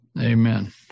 Amen